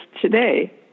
today